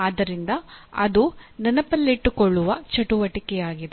ಆದ್ದರಿಂದ ಅದು ನೆನಪಿನಲ್ಲಿಟ್ಟುಕೊಳ್ಳುವ ಚಟುವಟಿಕೆಯಾಗಿದೆ